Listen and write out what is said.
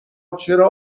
چرا